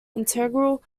integral